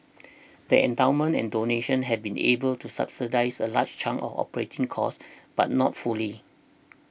the endowments and donations have been able to subsidise a large chunk operating costs but not fully